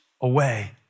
away